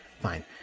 fine